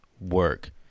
work